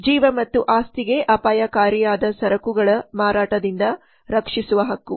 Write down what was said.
ಜೀವ ಮತ್ತು ಆಸ್ತಿಗೆ ಅಪಾಯಕಾರಿಯಾದ ಸರಕುಗಳ ಮಾರಾಟದಿಂದ ರಕ್ಷಿಸುವ ಹಕ್ಕು